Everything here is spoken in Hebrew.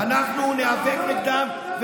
ביצור הזה,